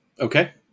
Okay